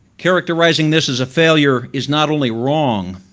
characterizing this as a failure is not only wrong,